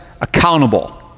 accountable